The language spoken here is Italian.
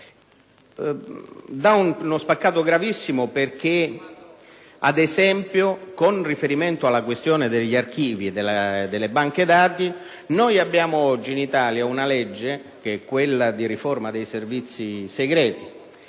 dà uno spaccato gravissimo della situazione. Ad esempio, con riferimento alla questione degli archivi e delle banche dati abbiamo oggi in Italia una legge, quella di riforma dei Servizi segreti,